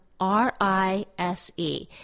R-I-S-E